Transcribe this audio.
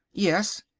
yes.